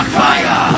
fire